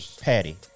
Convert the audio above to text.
Patty